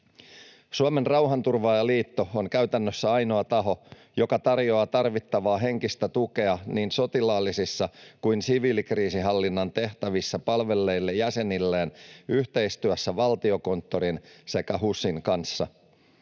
Suomen Rauhanturvaajaliitto on käytännössä ainoa taho, joka tarjoaa tarvittavaa henkistä tukea niin sotilaallisissa kuin siviilikriisinhallinnan tehtävissä palvelleille jäsenilleen, yhteistyössä Valtiokonttorin sekä HUSin kanssa.